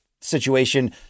situation